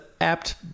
apt